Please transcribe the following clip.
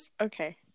Okay